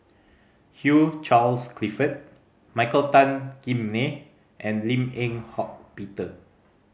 Hugh Charles Clifford Michael Tan Kim Nei and Lim Eng Hock Peter